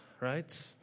right